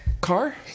Car